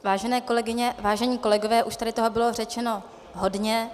Vážené kolegyně, vážení kolegové, už tady toho bylo řečeno hodně.